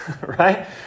right